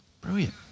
Brilliant